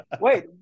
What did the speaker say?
wait